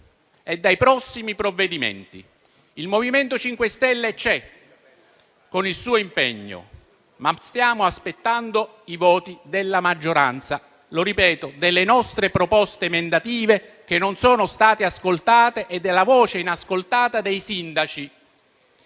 e dai prossimi provvedimenti. Il MoVimento 5 Stelle c'è, con il suo impegno. Stiamo però aspettando i voti della maggioranza - lo ripeto - sulle nostre proposte emendative che non sono state ascoltate e rispetto alla voce inascoltata dei sindaci.